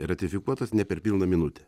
ratifikuotas ne per pilną minutę